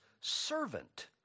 servant